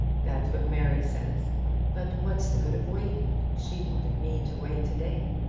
that's what mary says but what's the good of waiting? she wanted me to wait to-day.